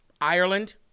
Ireland